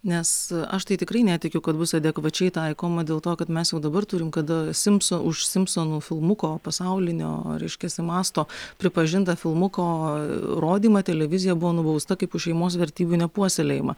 nes aš tai tikrai netikiu kad bus adekvačiai taikoma dėl to kad mes jau dabar turim kada simpso už simpsonų filmuko pasaulinio reiškiasi masto pripažintą filmuko rodymą televizija buvo nubausta kaip už šeimos vertybių nepuoselėjimą